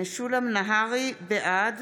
נהרי, בעד